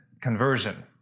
conversion